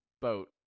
boat